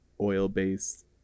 oil-based